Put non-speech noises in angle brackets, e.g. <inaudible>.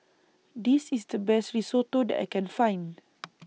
This IS The Best Risotto that I Can Find <noise>